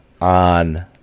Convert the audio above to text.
on